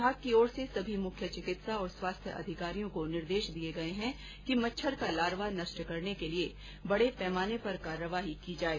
विभाग की ओर से सभी मुख्य चिकित्सा और स्वास्थ्य अधिकारियों को निर्देश दिये गये है कि मच्छर का लार्वा नष्ट करने के लिये बडे पैमाने पर कार्यवाही की जाये